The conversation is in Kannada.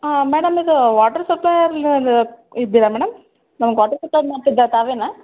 ಹಾಂ ಮೇಡಮ್ ಇದು ವಾಟರ್ ಸಪ್ಲೈ ಅವರು ಇದ್ದೀರ ಮೇಡಮ್ ನಮಗೆ ವಾಟರ್ ಸಪ್ಲೈ ಮಾಡ್ತಿದ್ದು ತಾವೇನಾ